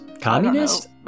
Communist